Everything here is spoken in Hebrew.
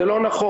זה לא נכון,